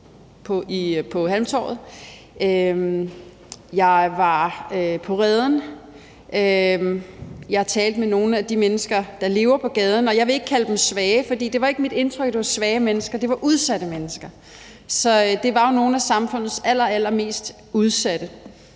på Halmtorvet. Jeg var på Reden. Jeg talte med nogle af de mennesker, der lever på gaden, og jeg vil ikke kalde dem svage, for det var ikke mit indtryk, at det var svage mennesker – det var udsatte mennesker. Så det var jo nogle af samfundets allerallermest udsatte.